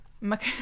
Mac